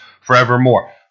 forevermore